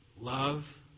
love